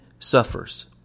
suffers